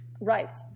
right